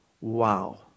Wow